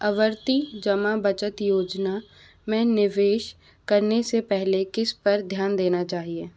आवर्ती जमा बचत योजना में निवेश करने से पहले किस पर ध्यान देना चाहिए